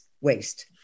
waste